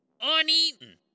Uneaten